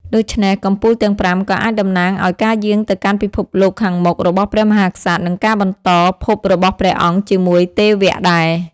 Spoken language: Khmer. ដូច្នេះ កំពូលទាំងប្រាំក៏អាចតំណាងឲ្យការយាងទៅកាន់ពិភពលោកខាងមុខរបស់ព្រះមហាក្សត្រ និងការបន្តភពរបស់ព្រះអង្គជាមួយទេវៈដែរ។